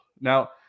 Now